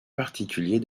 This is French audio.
particulier